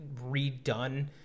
redone